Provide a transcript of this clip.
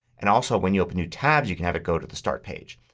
and also when you open new tabs you can have it go to the start page.